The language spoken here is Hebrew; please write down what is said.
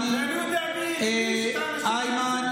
יודע מי החליש את האנשים שרוצים, תעזוב.